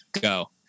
go